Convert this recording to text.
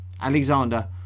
Alexander